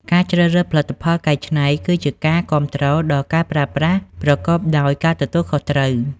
ការជ្រើសរើសផលិតផលកែច្នៃគឺជាការគាំទ្រដល់ការប្រើប្រាស់ប្រកបដោយការទទួលខុសត្រូវ។